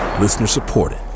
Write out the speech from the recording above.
Listener-supported